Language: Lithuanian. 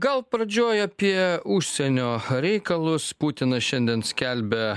gal pradžioj apie užsienio reikalus putinas šiandien skelbia